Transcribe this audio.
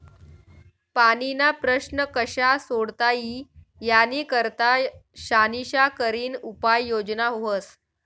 पाणीना प्रश्न कशा सोडता ई यानी करता शानिशा करीन उपाय योजना व्हस